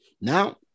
Now